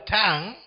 tongue